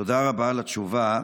תודה רבה על התשובה.